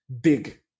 big